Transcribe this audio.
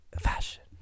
fashion